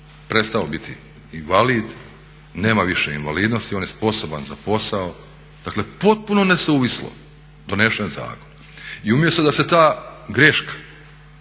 prestao biti invalid, nema više invalidnosti, on je sposoban za posao. Dakle, potpuno nesuvislo donesen zakon. I umjesto da se ta greška